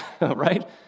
right